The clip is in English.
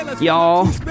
y'all